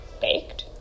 Baked